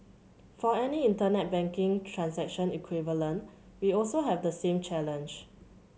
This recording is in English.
for any Internet banking transaction equivalent we also have the same challenge